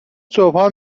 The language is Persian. صبحا